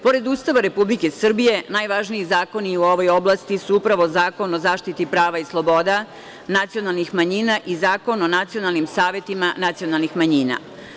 Pored Ustava Republike Srbije, najvažniji zakoni u ovoj oblasti su upravo Zakon o zaštiti prava i sloboda nacionalnih manjina i Zakon o nacionalnim savetima nacionalnih manjina.